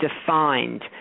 defined